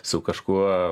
su kažkuo